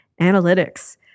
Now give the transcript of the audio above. analytics